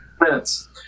minutes